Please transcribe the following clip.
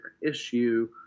issue